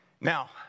Now